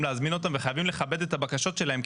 להזמין אותם וחייבים לכבד את הבקשות שלהם.